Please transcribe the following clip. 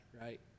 right